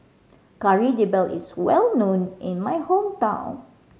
Kari Debal is well known in my hometown